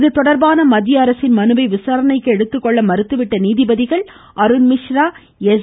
இதுதொடர்பான மத்திய அரசின் மனுவை விசாரணைக்கு எடுத்துக்கொள்ள மறுத்துவிட்ட நீதிபதிகள் அருண்மிஸ்ரா எஸ்